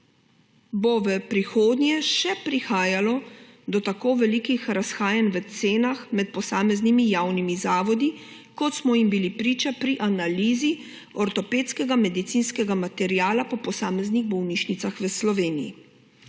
bo v prihodnje še prihajalo do tako velikih razhajanj v cenah med posameznimi javnimi zavodi, kot smo jim bili priča pri analizi ortopedskega medicinskega materiala po posameznih bolnišnicah v Sloveniji.